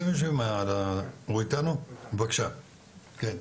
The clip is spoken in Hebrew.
בבקשה ירון.